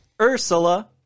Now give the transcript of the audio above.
Ursula